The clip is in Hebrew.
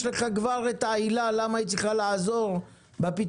יש לך כבר העילה למה היא צריכה לעזור בפתרונות.